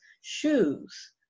shoes